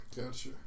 Gotcha